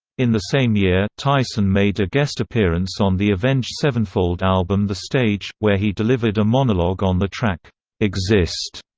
in the same year, tyson made a guest appearance on the avenged sevenfold album the stage, where he delivered a monolog on the track exist.